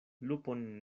lupon